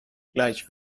gleich